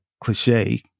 cliche